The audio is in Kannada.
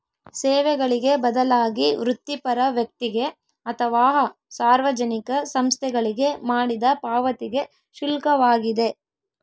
ಸೇವೆಗಳಿಗೆ ಬದಲಾಗಿ ವೃತ್ತಿಪರ ವ್ಯಕ್ತಿಗೆ ಅಥವಾ ಸಾರ್ವಜನಿಕ ಸಂಸ್ಥೆಗಳಿಗೆ ಮಾಡಿದ ಪಾವತಿಗೆ ಶುಲ್ಕವಾಗಿದೆ